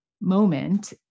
moment